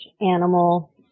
animal